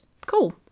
cool